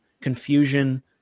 confusion